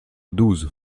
douze